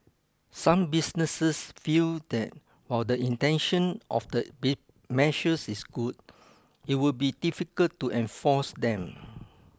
some businesses feel that while the intention of the measures is good it would be difficult to enforce them